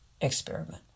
experiment